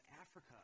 Africa